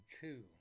two